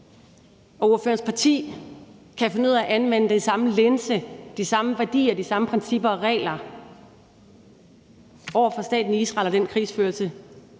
og ordførerens parti kan finde ud af at anvende den samme linse, de samme værdier, de samme principper og regler over for staten Israel og den krigsførelse,